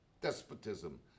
despotism